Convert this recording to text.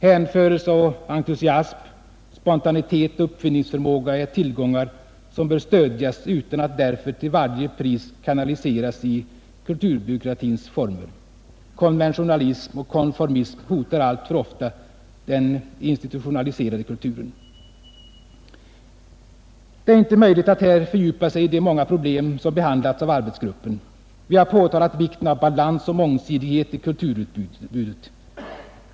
Hänförelse och entusiasm, spontaneitet och uppfinningsförmåga är tillgångar, som bör stödjas utan att därför till varje pris kanaliseras i kulturbyråkratins former. Konventionalism och konformism hotar alltför ofta den institutionaliserade kulturen. Det är inte möjligt att här fördjupa sig i de många problem som behandlats av arbetsgruppen. Vi har påtalat vikten av balans och mångsidighet i kulturutbudet.